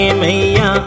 maya